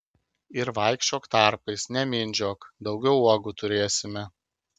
ir vaikščiok tarpais nemindžiok daugiau uogų turėsime